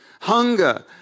Hunger